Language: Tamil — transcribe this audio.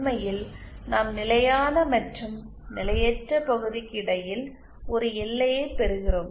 உண்மையில் நாம் நிலையான மற்றும் நிலையற்ற பகுதிக்கு இடையில் ஒரு எல்லையைப் பெறுகிறோம்